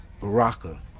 Baraka